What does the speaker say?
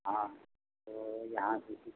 हाँ तो यहाँ से